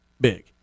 big